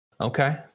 okay